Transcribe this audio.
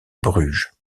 bruges